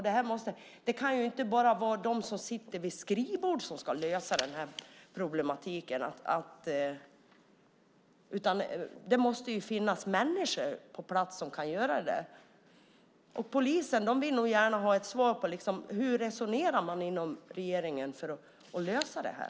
Det kan ju inte bara vara de som sitter vid skrivbord som ska lösa problematiken, utan det måste finnas människor på plats som kan göra det. Polisen vill nog gärna ha ett svar på hur man inom regeringen resonerar för att lösa det här.